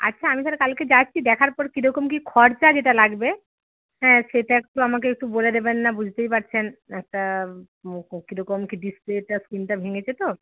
আচ্ছা আমি তাহলে কালকে যাচ্ছি দেখার পর কী রকম কী খরচা যেটা লাগবে হ্যাঁ সেটা একটু আমাকে একটু বলে দেবেন না বুঝতেই পারছেন একটা কী রকম কী ডিসপ্লেটা স্ক্রিনটা ভেঙেছে তো